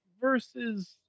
versus